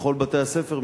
בכל בתי-הספר,